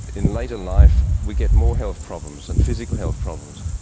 in later life we get more health problems and physical health problems.